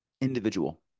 Individual